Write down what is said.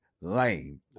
lame